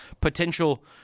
potential